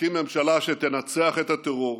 נקים ממשלה שתנצח את הטרור,